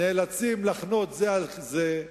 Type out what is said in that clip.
נאלצים לחנות זה על זה,